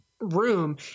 room